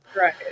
Right